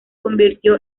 convirtió